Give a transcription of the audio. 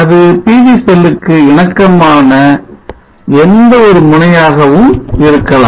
அது PV செல்லுக்கு இணக்கமான எந்த ஒரு முனையாகவும் இருக்கலாம்